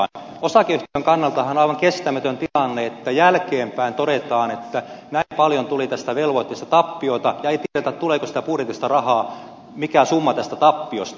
osakeyhtiön kannaltahan on aivan kestämätön tilanne että jälkeenpäin todetaan että näin paljon tuli tästä velvoitteesta tappiota ja ei tiedetä tuleeko budjetista rahaa mikä summa tästä tappiosta